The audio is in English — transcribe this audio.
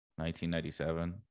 1997